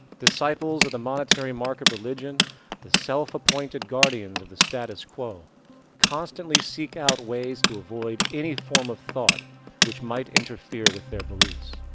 disciples of the monetary-market religion the self-appointed guardians of the status quo constantly seek out ways to avoid any form of thought which might interfere with their beliefs,